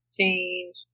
change